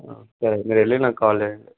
yeah మీరు వెళ్ళి నాకు కాల్ చేయండి